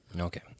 Okay